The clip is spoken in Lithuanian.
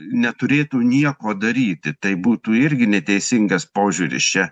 neturėtų nieko daryti tai būtų irgi neteisingas požiūris čia